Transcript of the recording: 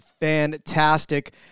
fantastic